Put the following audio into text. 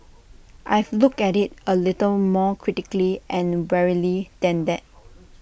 I've looked at IT A little more critically and warily than that